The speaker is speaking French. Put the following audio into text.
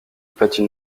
patine